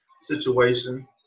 situation